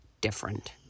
different